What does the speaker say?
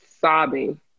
sobbing